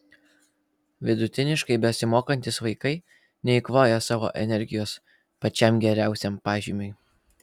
vidutiniškai besimokantys vaikai neeikvoja savo energijos pačiam geriausiam pažymiui